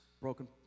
broken